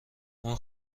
اون